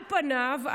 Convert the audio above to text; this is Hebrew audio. על פניו,